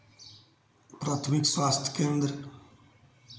प्राथमिक स्वास्थ्य केन्द्र